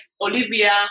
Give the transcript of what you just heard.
Olivia